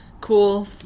cool